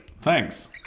Thanks